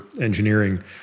engineering